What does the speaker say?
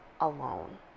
alone